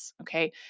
okay